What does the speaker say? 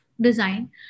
design